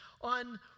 on